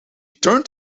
turned